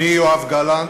אני, יואב גלנט,